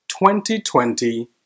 2020